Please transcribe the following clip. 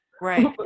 right